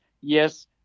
yes